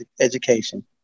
education